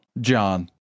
John